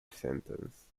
sentence